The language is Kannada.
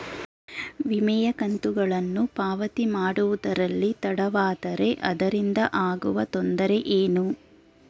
ವಿಮೆಯ ಕಂತುಗಳನ್ನು ಪಾವತಿ ಮಾಡುವುದರಲ್ಲಿ ತಡವಾದರೆ ಅದರಿಂದ ಆಗುವ ತೊಂದರೆ ಏನು?